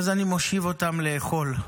ואז אני מושיב אותם לאכול.